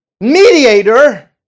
mediator